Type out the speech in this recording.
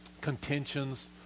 Contentions